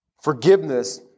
Forgiveness